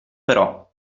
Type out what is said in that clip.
però